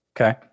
Okay